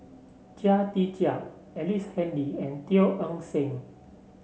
Chia Tee Chiak Ellice Handy and Teo Eng Seng